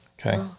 Okay